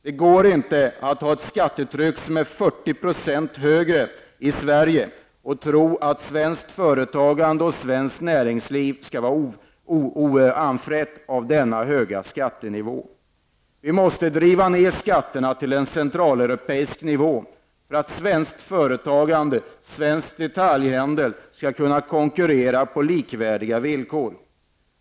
Det går inte att ha ett skattetryck som är 40 % högre i Sverige och tro att svenskt företagande och svenskt näringsliv skall vara oanfrätt av denna höga skattenivå. Vi måste driva ned skatterna till en centraleuropeisk nivå för att svenskt företagande, svensk detaljhandel, skall kunna konkurrera på likvärdiga villkor.